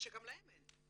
שגם להם אין.